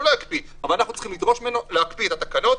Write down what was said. צריכים לדרוש ממנו להקפיא את התקנות,